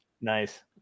Nice